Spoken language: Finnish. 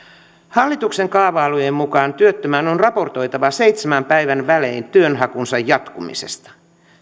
hallituksen kaavailujen mukaan työttömän on raportoitava seitsemän päivän välein työnhakunsa jatkumisesta